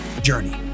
journey